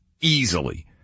easily